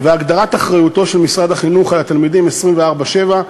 והגדרת אחריותו של משרד החינוך לתלמידים 24/7,